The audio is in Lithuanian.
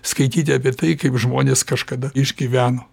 skaityti apie tai kaip žmonės kažkada išgyveno